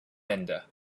ender